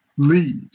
Lead